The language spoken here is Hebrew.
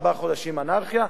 ארבעה חודשים אנרכיה,